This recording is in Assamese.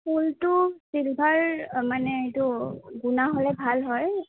ফুলটো ছিলভাৰ মানে এইটো গুণা হ'লে ভাল হয়